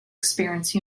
experience